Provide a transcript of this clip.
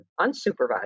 unsupervised